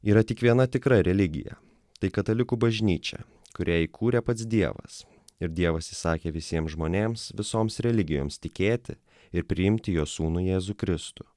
yra tik viena tikra religija tai katalikų bažnyčia kurią įkūrė pats dievas ir dievas įsakė visiems žmonėms visoms religijoms tikėti ir priimti jo sūnų jėzų kristų